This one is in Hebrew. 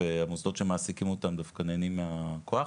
והמוסדות שמעסיקים אותם דווקא נהנים מהכוח,